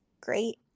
great